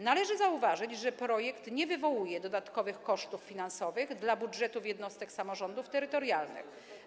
Należy zauważyć, że projekt nie wywołuje dodatkowych kosztów finansowych dla budżetów jednostek samorządów terytorialnych.